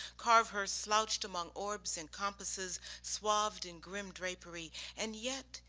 carve her slouched among orbs and compasses, swathed in grim drapery and yet,